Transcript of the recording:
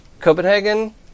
Copenhagen